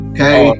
Okay